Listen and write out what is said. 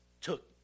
Took